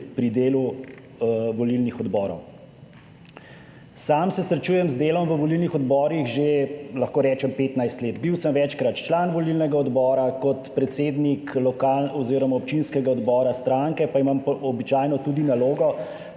pri delu volilnih odborov. Sam se srečujem z delom v volilnih odborih že, lahko rečem, 15 let. Bil sem večkrat član volilnega odbora, kot predsednik lokalne oziroma občinskega odbora stranke pa imam običajno tudi nalogo,